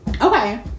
Okay